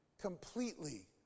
completely